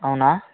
అవునా